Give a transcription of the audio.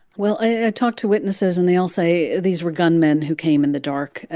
well, i talked to witnesses, and they all say these were gunmen who came in the dark. ah